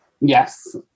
Yes